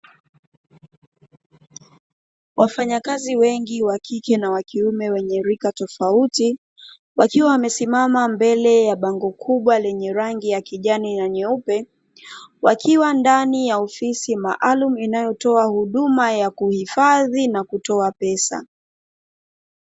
Wafanyakazi wengi wakike na kiume wenye rika tofauti, wakiwa wamesimama mbele ya bango kubwa lenya rangi ya kijani na nyeupe, wakiwa ndani ya ofisi maalumu inayotoa huduma ya kuhifadhi na kutoa pesa.